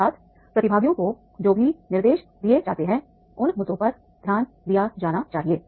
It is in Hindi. अर्थात् प्रतिभागियों को जो भी निर्देश दिए जाते हैं उन मुद्दों पर ध्यान दिया जाना चाहिए